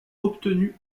obtenues